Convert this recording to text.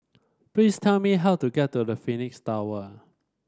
please tell me how to get to the Phoenix Tower